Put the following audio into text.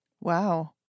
Wow